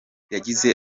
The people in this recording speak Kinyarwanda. yagize